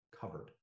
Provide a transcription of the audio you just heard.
covered